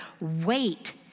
wait